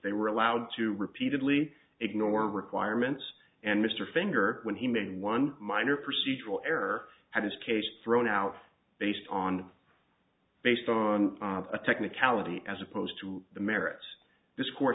they were allowed to repeatedly ignore requirements and mr finger when he made one minor procedural error has case thrown out based on based on a technicality as opposed to the merits this co